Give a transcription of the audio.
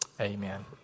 Amen